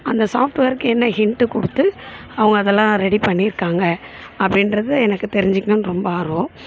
அந்த சாஃப்ட்வேருக்கு என்ன ஹிண்ட்டு கொடுத்து அவங்க அதெல்லாம் ரெடி பண்ணிருக்காங்க அப்படின்றது எனக்கு தெரிஞ்சுக்கணுன்னு ரொம்ப ஆர்வம்